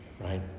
right